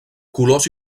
colors